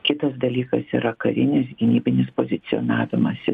kitas dalykas yra karinis gynybinis pozicionavimas